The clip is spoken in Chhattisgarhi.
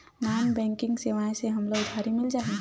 नॉन बैंकिंग सेवाएं से हमला उधारी मिल जाहि?